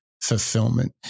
fulfillment